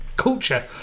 culture